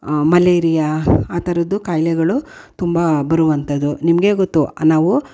malaria ಆ ಥರದ್ದು ಖಾಯ್ಲೆಗಳು ತುಂಬ ಬರುವಂಥದು ನಿಮಗೇ ಗೊತ್ತು ನಾವು